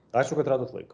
ačiū kad radot laiko